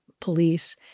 police